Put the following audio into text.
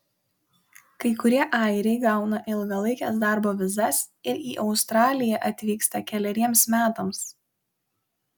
kai kurie airiai gauna ilgalaikes darbo vizas ir į australiją atvyksta keleriems metams